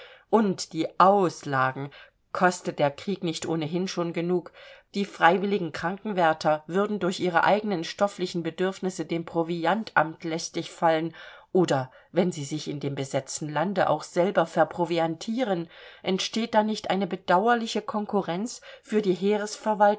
und die auslagen kostet der krieg nicht ohnehin schon genug die freiwilligen krankenwärter würden durch ihre eigenen stofflichen bedürfnisse dem proviantamt lästig fallen oder wenn sie sich in dem besetzten lande auch selber verproviantieren entsteht da nicht eine bedauerliche konkurrenz für die